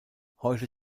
heute